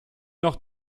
noch